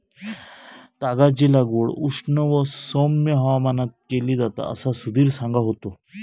तागाची लागवड उष्ण व सौम्य हवामानात केली जाता असा सुधीर सांगा होतो